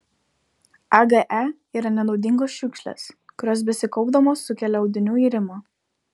age yra nenaudingos šiukšlės kurios besikaupdamos sukelia audinių irimą